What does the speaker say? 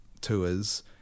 tours